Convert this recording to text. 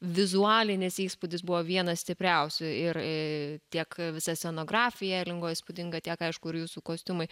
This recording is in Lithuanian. vizualinis įspūdis buvo vienas stipriausių ir tiek visa scenografija elingo įspūdinga tiek aišku ir jūsų kostiumai